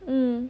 mm